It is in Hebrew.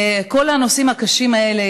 על כל הנושאים הקשים האלה